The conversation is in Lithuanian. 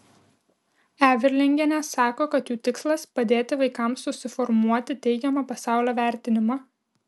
everlingienė sako kad jų tikslas padėti vaikams susiformuoti teigiamą pasaulio vertinimą